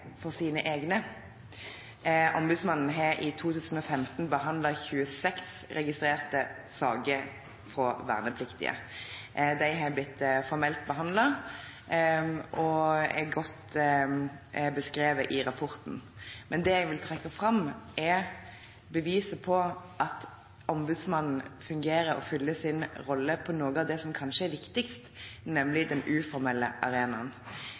for sine egne. Ombudsmannen har i 2015 behandlet 26 registrerte saker fra vernepliktige. De har blitt formelt behandlet og er godt beskrevet i rapporten. Men det jeg vil trekke fram, er beviset på at Ombudsmannen fungerer og fyller sin rolle på noe av det som kanskje er viktigst, nemlig på den uformelle arenaen.